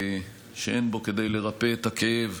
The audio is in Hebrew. שאין בו כדי לרפא את הכאב,